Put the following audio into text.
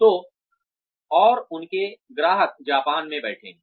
तो और उनके ग्राहक जापान में बैठे हैं